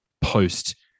post